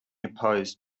opposed